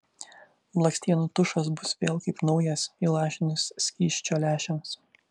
blakstienų tušas bus vėl kaip naujas įlašinus skysčio lęšiams